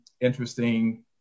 interesting